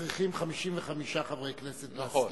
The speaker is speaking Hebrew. צריכים 55 חברי כנסת להסכים,